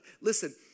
listen